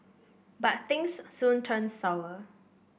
but things soon turned sour